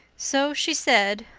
so she said,